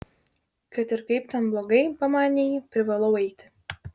kad ir kaip ten blogai pamanė ji privalau eiti